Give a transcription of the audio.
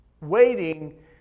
waiting